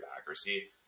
accuracy